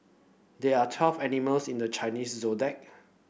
there are twelve animals in the Chinese Zodiac